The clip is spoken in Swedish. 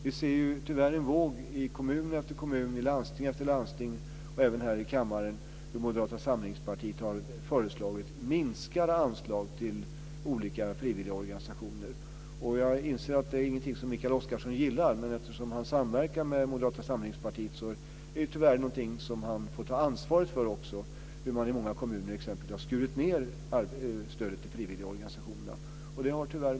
Vi ser tyvärr en sådan våg i kommun efter kommun, landsting efter landsting och även här i kammaren. Moderata samlingspartiet har föreslagit minskade anslag till olika frivilligorganisationer. Jag inser att det inte är något som Mikael Oscarsson gillar. Men eftersom han samverkar med Moderata samlingspartiet får han tyvärr ta ansvaret för att man i många kommuner har skurit ned stödet till frivilligorganisationerna.